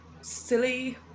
silly